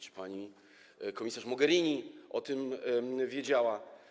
Czy pani komisarz Mogherini o tym wiedziała?